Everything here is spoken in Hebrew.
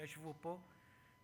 שישבו פה,